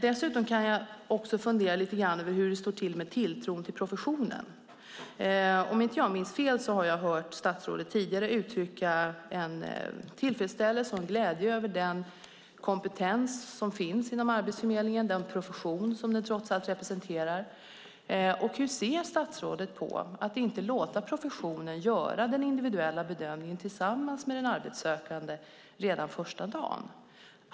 Dessutom kan man fundera lite grann över hur det står till med tilltron till professionen. Om jag inte minns fel har jag hört statsrådet tidigare uttrycka en tillfredsställelse och en glädje över den kompetens som finns inom Arbetsförmedlingen, den profession som den trots allt representerar. Hur ser statsrådet på att inte låta professionen göra den individuella bedömningen tillsammans med den arbetssökande redan första dagen?